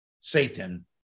satan